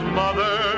mother